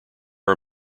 are